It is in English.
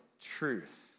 truth